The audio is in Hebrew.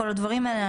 כל הדברים האלה.